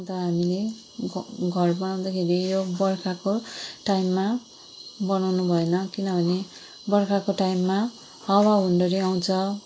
अन्त हामीले ग घर बनाउँदाखेरि यो बर्खाको टाइममा बनाउनु भएन किनभने बर्खाको टाइममा हावा हुन्डरी आउँछ